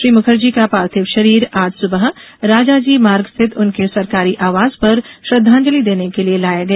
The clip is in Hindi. श्री मुखर्जी का पार्थिव शरीर आज सुबह राजाजी मार्ग स्थित उनके सरकारी आवास पर श्रद्वांजलि देने के लिये लाया गया